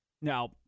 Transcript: Now